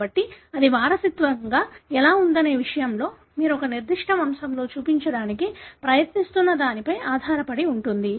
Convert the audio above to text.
కాబట్టి అది వారసత్వంగా ఎలా ఉందనే విషయంలో మీరు ఒక నిర్దిష్ట వంశంలో చూపించడానికి ప్రయత్నిస్తున్న దానిపై ఆధారపడి ఉంటుంది